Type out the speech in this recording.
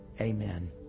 Amen